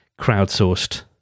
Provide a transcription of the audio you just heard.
crowdsourced